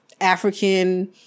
African